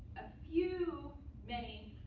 few many